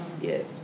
Yes